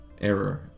error